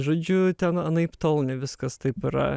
žodžiu ten anaiptol ne viskas taip yra